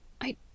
I